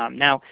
um now,